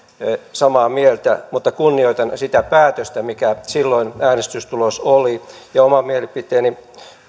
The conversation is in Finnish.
samaa mieltä mutta kunnioitan sitä päätöstä mikä silloin äänestystulos oli ja oma mielipiteeni